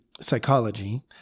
psychology